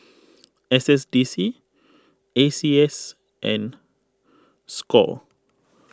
S S D C A C S and Score